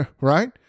Right